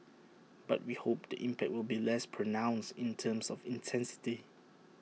but we hope the impact will be less pronounced in terms of intensity